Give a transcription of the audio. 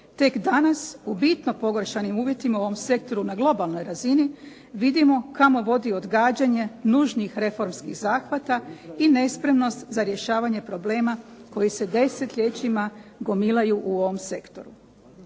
Tek danas u bitno pogoršanim uvjetima u ovom sektoru na globalnoj razini, vidimo kamo vodi odgađanje nužnim reformskih zahvata i ne spremnost za rješavanje problema koji se desetljećima gomilaju u ovom sektoru.